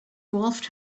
wolfed